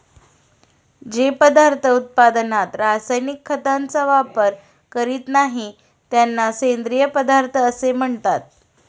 जे पदार्थ उत्पादनात रासायनिक खतांचा वापर करीत नाहीत, त्यांना सेंद्रिय पदार्थ असे म्हणतात